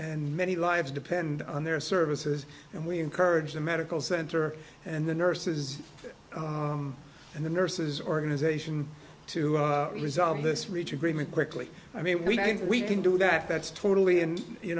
many lives depend on their services and we encourage the medical center and the nurses and the nurses organization to resolve this reach agreement quickly i mean we think we can do that that's totally